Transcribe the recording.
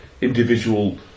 individual